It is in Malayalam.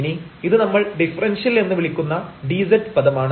ഇനി ഇത് നമ്മൾ ഡിഫറെൻഷ്യൽ എന്ന് വിളിക്കുന്ന dz പദമാണ്